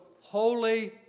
holy